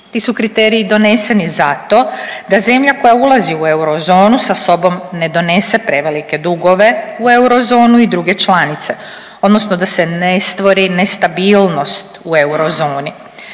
Ti su kriteriji doneseni zato da zemlja koja ulazi u eurozonu sa sobom ne donese prevelike dugove u eurozonu i druge članice, odnosno da se ne stvori nestabilnost u eurozoni.